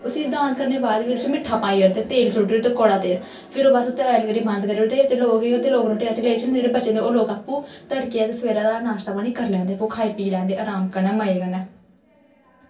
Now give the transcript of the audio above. उसी दान करने बाद बी मिट्ठा पाई ओड़दे तेल सुट्टी ओड़दे कौड़ तेल फिर ओह् बस शैल करियै बंद करी ओड़दे ते लोक केह् करदे लोक रुट्टी रट्टी लेइयै चली जंदे ते जेह्ड़ी बची दी होंदी ओह् लोक आपूं तड़कियै ते सवेरा ओह्दा नाश्ता पानी करी लैंदे आपूं खाई पी लैंदे अराम कन्नै मज़े कन्नै